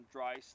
Dry